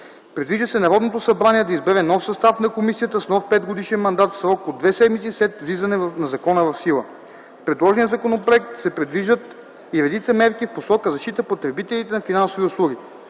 Предвижда се Народното събрание да избере нов състав на комисията с нов 5-годишен мандат в срок от две седмици след влизане на закона в сила. С предложения законопроект се предвиждат и редица мерки в посока защита потребителите на финансови услуги.